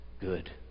good